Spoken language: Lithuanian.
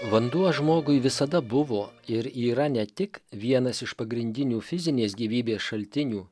vanduo žmogui visada buvo ir yra ne tik vienas iš pagrindinių fizinės gyvybės šaltinių